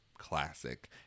classic